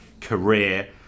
career